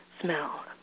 smell